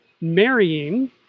marrying